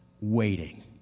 waiting